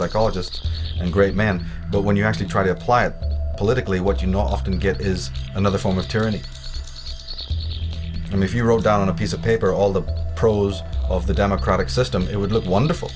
psychologists and great men but when you actually try to apply it politically what you know often get is another form of tyranny and if you roll down a piece of paper all the pros of the democratic system it would look wonderful